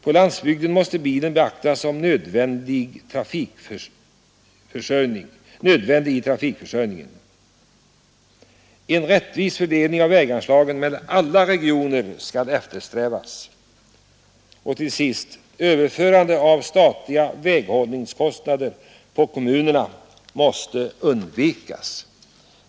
På landsbygden måste bilen betraktas som nödvändig i trafikförsörjningen. En rättvis fördelning av väganslagen mellan alla regioner skall eftersträvas. Överförande av statliga väghållningskostnader på kommunerna måste undvikas.